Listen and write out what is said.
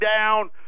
down